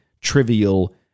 trivial